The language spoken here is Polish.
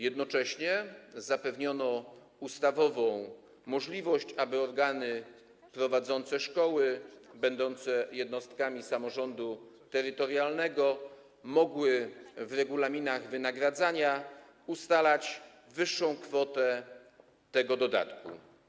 Jednocześnie zapewniono ustawową możliwość, aby organy prowadzące szkoły będące jednostkami samorządu terytorialnego mogły w regulaminach wynagradzania ustalać wyższą kwotę tego dodatku.